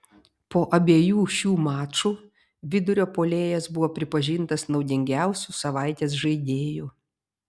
po abiejų šių mačų vidurio puolėjas buvo pripažintas naudingiausiu savaitės žaidėju